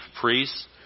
priests